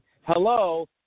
Hello